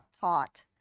taught